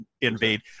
invade